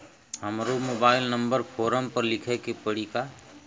हमरो mobile number form पर लिखे के पड़ी का?